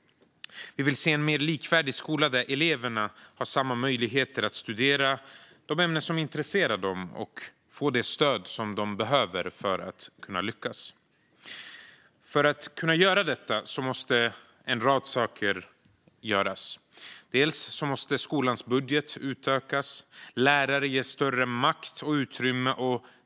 Vi vill se en mer likvärdig skola där eleverna har samma möjligheter att studera de ämnen som intresserar dem och få det stöd som de behöver för att kunna lyckas. För att kunna göra detta måste en rad saker göras. Skolans budget måste utökas, och lärare ges större makt och utrymme.